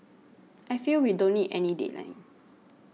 I feel we don't need any deadline